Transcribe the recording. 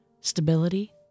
stability